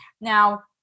Now